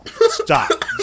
stop